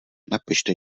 napište